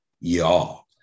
y'all